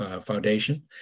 Foundation